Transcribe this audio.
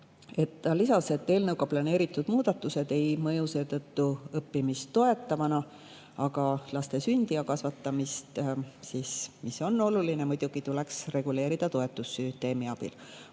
lisas, et eelnõuga planeeritud muudatused ei mõju seetõttu õppimist toetavana, aga laste sündi ja kasvatamist, mis on oluline, tuleks muidugi reguleerida toetussüsteemi abil.